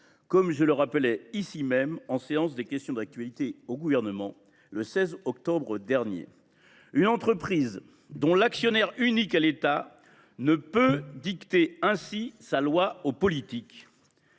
comme je l’ai rappelé ici même lors de la séance de questions d’actualité au Gouvernement du 16 octobre dernier. Une entreprise dont l’actionnaire unique est l’État ne peut dicter ainsi sa loi au politique